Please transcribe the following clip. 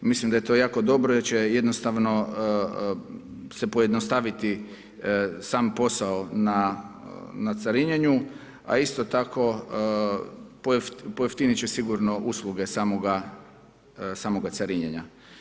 Mislim da je to jako dobro jer će jednostavno se pojednostaviti sam posao na carinjenju a isto tako pojeftiniti će sigurno usluge samoga carinjenja.